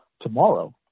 tomorrow